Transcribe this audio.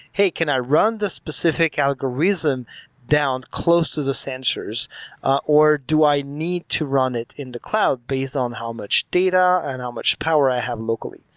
hey, can i run this specific algorithm down close to the sensors or do i need to run it in the cloud based on how much data and how much power i have locally?